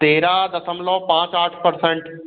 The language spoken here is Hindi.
तेराह दशमलव पाँच आठ परसेंट